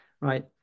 right